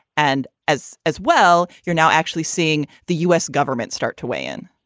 and as as well, you're now actually seeing the u s. government start to weigh in.